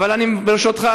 אבל ברשותך,